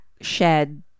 shed